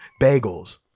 bagels